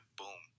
boom